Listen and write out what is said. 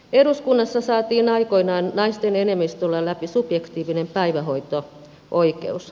eduskunnassa saatiin aikoinaan naisten enemmistöllä läpi subjektiivinen päivähoito oikeus